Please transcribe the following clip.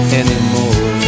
anymore